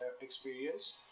experience